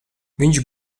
viņš